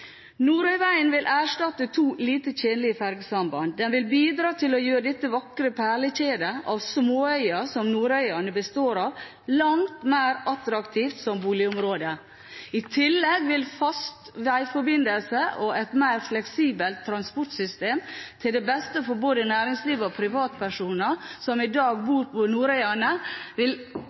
Nordøyvegen vil erstatte to lite tjenlige fergesamband. Den vil bidra til å gjøre det vakre perlekjedet av småøyer som Nordøyane består av, langt mer attraktivt som boligområde. I tillegg til fast vegforbindelse og et mer fleksibelt transportsystem til beste for både næringsliv og privatpersoner som i dag bor på Nordøyane, vil